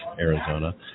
Arizona